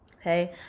Okay